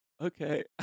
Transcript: Okay